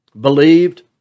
believed